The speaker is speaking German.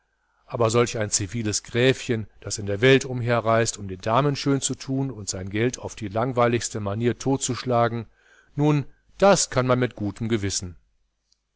aber solch ein ziviles gräfchen das in der welt umherreist um den damen schön zu tun und sein geld auf die langweiligste manier totzuschlagen nun das kann man mit gutem gewissen